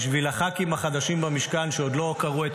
בשביל הח"כים החדשים במשכן שעוד לא קראו את